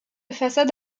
façade